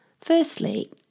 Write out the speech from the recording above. Firstly